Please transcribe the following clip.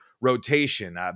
rotation